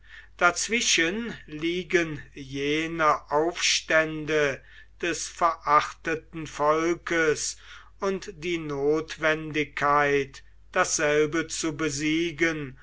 dazwischen liegen jene aufstände des verachteten volkes und die notwendigkeit dasselbe zu besiegen